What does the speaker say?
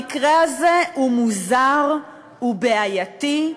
המקרה הזה הוא מוזר, הוא בעייתי,